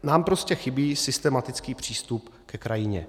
Nám prostě chybí systematický přístup ke krajině.